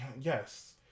Yes